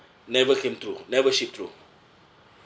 never came through never shipped through